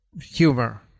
humor